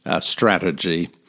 strategy